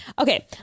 Okay